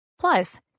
Plus